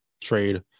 trade